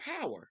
power